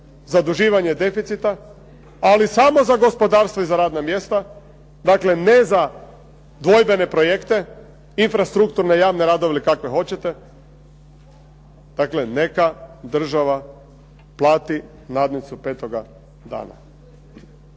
zaduživanja deficita ali samo za gospodarstvo i za radna mjesta, dakle ne za dvojbene projekte, infrastrukturne javne radove ili kakve hoćete. Dakle, neka država plati nadnicu petoga dana.